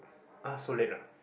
ah so late ah